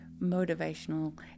motivational